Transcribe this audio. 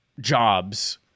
jobs